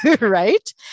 right